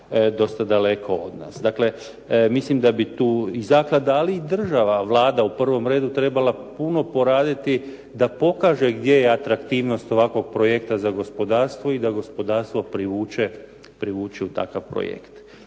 dosta daleko od nas. Dakle, mislim da bi tu i zaklada, ali i država, Vlada u prvom redu trebala puno poraditi da pokaže gdje je atraktivnost ovakvog projekta za gospodarstvo i da gospodarstvo privuče u takav projekt.